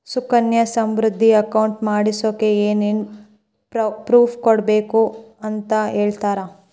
Sukanya Samriddhi account ಮಾಡಿಸೋಕೆ ಏನೇನು proof ಕೊಡಬೇಕು ಅಂತ ಹೇಳ್ತೇರಾ?